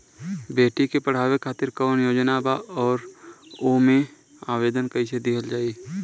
बेटी के पढ़ावें खातिर कौन योजना बा और ओ मे आवेदन कैसे दिहल जायी?